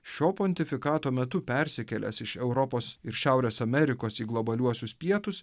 šio pontifikato metu persikėlęs iš europos ir šiaurės amerikos į globaliuosius pietus